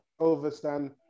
overstand